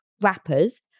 wrappers